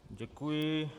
Děkuji.